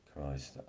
Christ